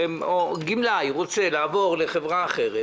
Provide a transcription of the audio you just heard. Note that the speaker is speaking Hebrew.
גמלאי רוצה לעבור לחברה אחרת